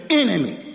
enemy